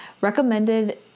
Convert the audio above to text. recommended